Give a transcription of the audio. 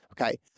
Okay